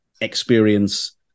experience